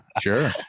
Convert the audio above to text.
Sure